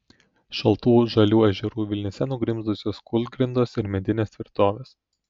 šaltų žalių ežerų vilnyse nugrimzdusios kūlgrindos ir medinės tvirtovės